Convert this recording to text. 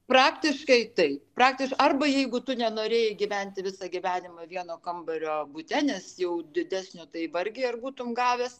praktiškai taip praktiš arba jeigu tu nenorėjai gyventi visą gyvenimą vieno kambario bute nes jau didesnio tai vargiai ar būtumei gavęs